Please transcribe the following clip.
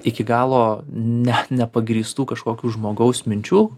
iki galo net nepagrįstų kažkokių žmogaus minčių